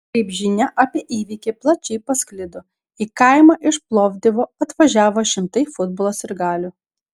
kai žinia apie įvykį plačiai pasklido į kaimą iš plovdivo atvažiavo šimtai futbolo sirgalių